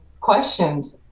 questions